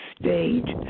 stage